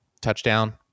touchdown